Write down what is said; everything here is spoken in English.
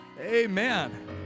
Amen